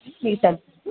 మీ